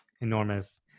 enormous